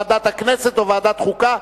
ועדת הכנסת או ועדת חוקה,